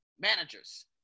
Managers